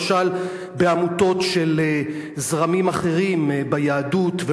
למשל בעמותות של זרמים אחרים ביהדות,